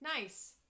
Nice